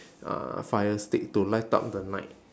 uh fire stick to light up the night